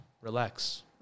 relax